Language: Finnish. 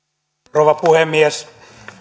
rouva puhemies